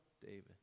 David